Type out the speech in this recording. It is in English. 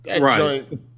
Right